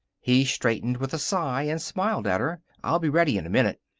he straightened with a sigh and smiled at her. i'll be ready in a minute.